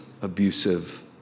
abusive